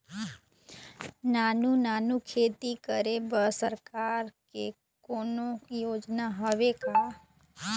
नानू नानू खेती करे बर सरकार के कोन्हो योजना हावे का?